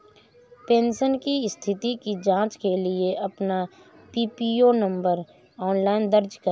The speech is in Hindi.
पेंशन की स्थिति की जांच के लिए अपना पीपीओ नंबर ऑनलाइन दर्ज करें